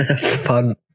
Fun